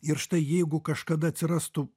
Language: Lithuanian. ir štai jeigu kažkada atsirastų